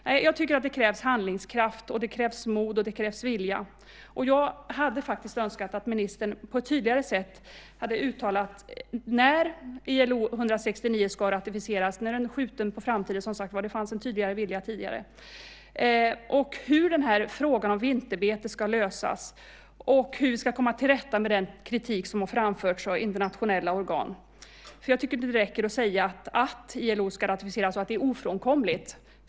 Nej, jag tycker att det krävs handlingskraft, mod och vilja. Jag hade faktiskt önskat att ministern tydligare skulle ha uttalat när ILO:s konvention 169 ska ratificeras. Nu är den, som sagt, skjuten på framtiden. Tidigare fanns det en tydligare vilja. När det gäller hur frågan om vinterbetet ska lösas och hur vi ska komma till rätta med den kritik som framförts av internationella organ tycker jag inte att det räcker att säga att ILO-konventionen ska ratificeras och att det är ofrånkomligt.